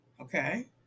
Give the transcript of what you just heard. Okay